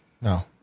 No